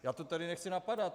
Já to tady nechci napadat.